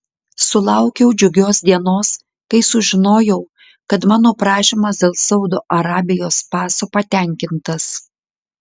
sulaukiau džiugios dienos kai sužinojau kad mano prašymas dėl saudo arabijos paso patenkintas